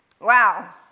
Wow